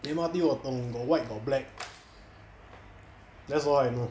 M_R_T 我懂 got white got black that's all I know